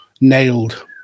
nailed